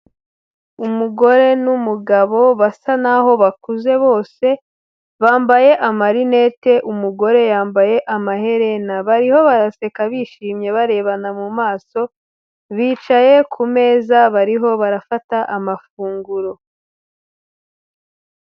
Umugore n'umugabo basa n'aho bakuze bose, bambaye amarinete, umugore yambaye amaherena, bariho baraseka bishimye barebana mu maso, bicaye ku meza bariho barafata amafunguro.